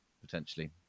potentially